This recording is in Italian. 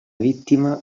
vittima